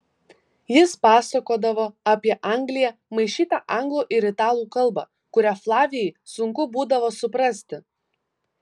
jis pasakodavo apie angliją maišyta anglų ir italų kalba kurią flavijai sunku būdavo suprasti